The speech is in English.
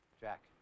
Jack